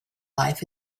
life